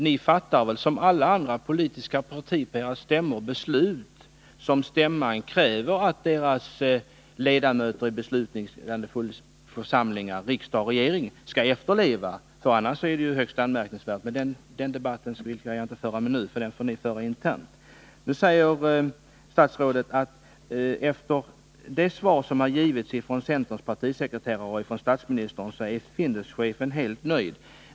Ni fattar liksom alla andra politi på er stämtha beslut som stämman vill att partiets ledamöter i beslutande församlingar —| riksdag och regering — skall efterleva. Annars är det ju högst anmärkningsvärt. Men den debatten skall jag inte föra nu, utan den får ni föra internt. Nu säger jordbruksministern att efter det svar som givits av centerpartiets partisekreterare och av statsministern har Finduschefen förklarat sig helt nöjd.